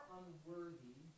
unworthy